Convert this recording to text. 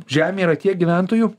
žemėje yra tiek gyventojų